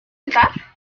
entrar